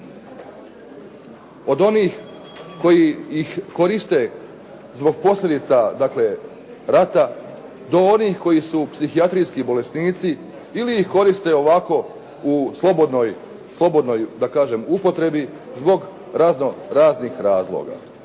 od onih koji ih koriste zbog posljedica dakle rata, do onih koji su psihijatrijski bolesnici ili ih koriste ovako u slobodnoj da kažem upotrebi zbog razno raznih razloga.